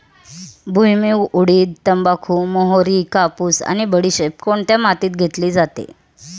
भुईमूग, उडीद, तंबाखू, मोहरी, कापूस आणि बडीशेप कोणत्या मातीत घेतली जाते?